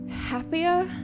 happier